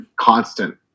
constant